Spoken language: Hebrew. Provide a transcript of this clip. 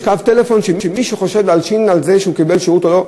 יש קו טלפון שמי שחושב להלשין על זה שהוא קיבל שירות או לא,